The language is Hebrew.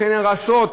שנהרסות,